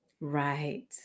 Right